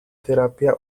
terapia